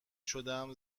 شدم